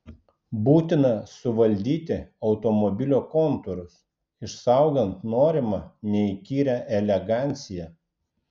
būtina suvaldyti automobilio kontūrus išsaugant norimą neįkyrią eleganciją